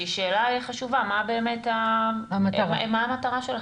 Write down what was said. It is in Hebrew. שהיא שאלה חשובה: מה המטרה שלכם?